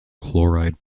chloride